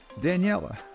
Daniela